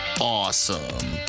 awesome